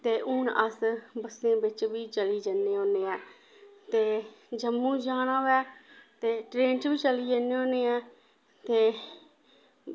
ते हून अस बस्सें बिच्च बी चली जन्ने होन्ने आं ते जम्मू जाना होऐ ते ट्रेन च बी चली जन्ने होने आं ते